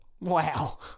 Wow